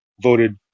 voted